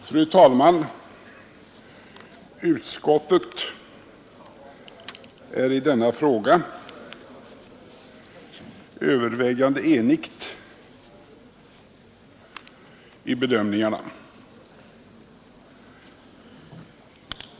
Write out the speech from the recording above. Fru talman! Utskottet är i denna fråga övervägande enhälligt i bedömningarna.